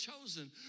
chosen